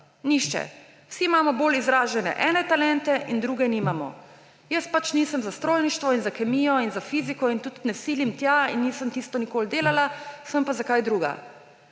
Nihče! Vsi imamo bolj izražene ene talente in drugih nimamo. Jaz pač nisem za strojništvo in za kemijo in za fiziko in tudi ne silim tja in nisem tisto nikoli delala, sem pa za kaj drugega.